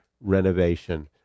renovation